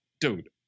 dude